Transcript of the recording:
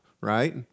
right